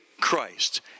Christ